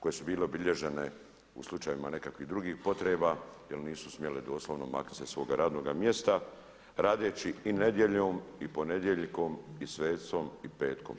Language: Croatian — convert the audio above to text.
koje su bile obilježene u slučajevima nekakvih drugih potreba jer nisu smjele doslovno maknuti se sa svoga radnoga mjesta radeći i nedjeljom i ponedjeljkom i svetkom i petkom.